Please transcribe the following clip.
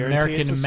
American